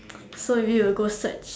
so maybe will go search